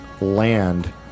land